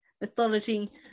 mythology